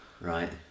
Right